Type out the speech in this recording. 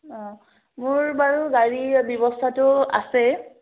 অঁ মোৰ বাৰু গাড়ীৰ ব্যৱস্থাটো আছে